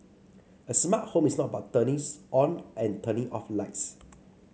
a smart home is not about turnings on and turning off lights